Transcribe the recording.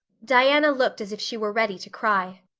diana looked as if she were ready to cry.